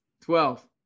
Twelve